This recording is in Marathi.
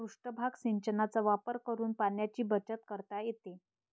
पृष्ठभाग सिंचनाचा वापर करून पाण्याची बचत करता येते